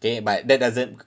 K but that doesn't